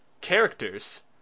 characters